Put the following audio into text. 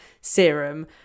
Serum